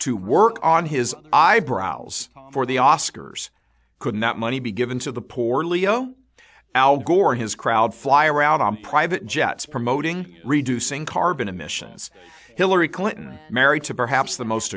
to work on his eyebrows for the oscars couldn't that money be given to the poor leo al gore his crowd fly around on private jets promoting reducing carbon emissions hillary clinton married to perhaps the most